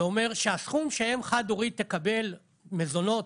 זה אומר שהסכום שאם חד-הורית תקבל מזונות,